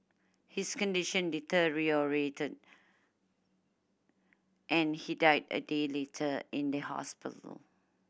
his condition deteriorated and he died a day later in the hospital